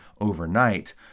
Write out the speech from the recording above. overnight